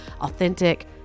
authentic